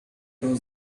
was